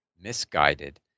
misguided